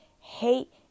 hate